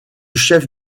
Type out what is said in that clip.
chef